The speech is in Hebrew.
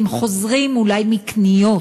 הם חוזרים אולי מקניות,